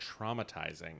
traumatizing